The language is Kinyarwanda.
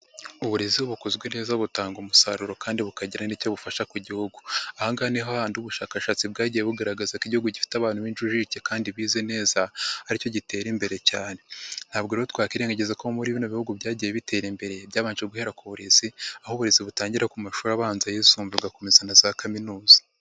Uburezi bukozwe neza butanga umusaruro kandi bukagira n'icyo bufasha ku gihugu, aha ngaha niho hahandi ubushakashatsi bwagiye bugaragaza ko igihugu gifite abana b'injijuke kandi bize neza, ari cyo gitera imbere cyane, ntabwo rero twakwirengagiza ko muri bimwe bihugu byagiye bitera imbere, byabanje guhera ku burezi, aho uburezi butangirira ku mashuri abanza, ayisumbuye ugakomeza na za kaminuza.